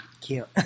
cute